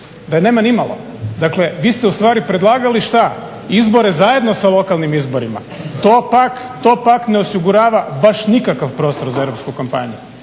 da je nema nimalo. Dakle, vi ste ustvari predlagali šta? Izbore zajedno sa lokalnim izborima? To pak ne osigurava baš nikakav prostor za europsku kampanju.